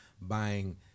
buying